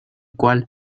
cual